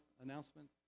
announcement